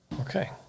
Okay